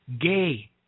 gay